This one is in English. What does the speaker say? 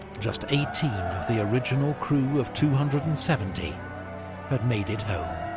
just eighteen of the original crew of two hundred and seventy had made it home.